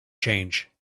change